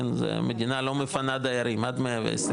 המדינה לא מפנה דיירים עד 120,